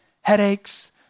headaches